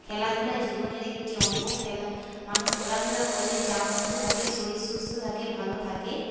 খেলাধুলা জীবনের একটি অঙ্গ খেলা মানুষ খেলাধুলা করলে চাপমুক্ত থাকে শরীর সুস্থ থাকে ভালো থাকে